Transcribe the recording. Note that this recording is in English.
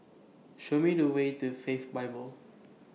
Show Me The Way to Faith Bible